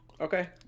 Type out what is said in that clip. Okay